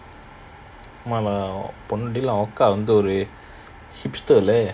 !walao! பொண்ணு ஒரு:ponnu oru